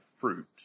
fruit